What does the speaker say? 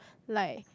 like